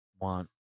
want